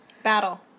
Battle